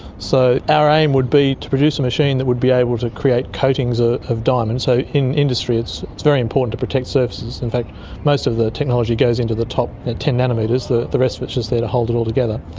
so our aim would be to produce a machine that would be able to create coatings ah of diamond. so in industry it's very important to protect surfaces. in fact most of the technology goes into the top ten nanometres, the the rest of it is just there to hold it all together.